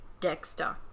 dexter